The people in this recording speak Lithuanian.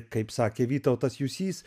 kaip sakė vytautas jusys